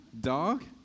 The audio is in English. Dog